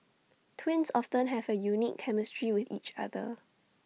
twins often have A unique chemistry with each other